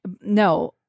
No